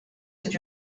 c’est